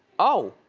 oh,